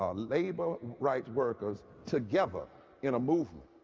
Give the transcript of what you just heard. um labor rights workers together in a movement.